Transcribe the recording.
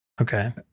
Okay